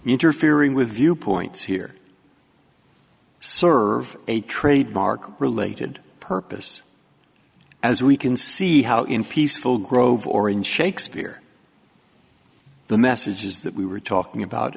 interfering with viewpoints here serve a trademark related purpose as we can see how in peaceful grove or in shakespeare the message is that we were talking about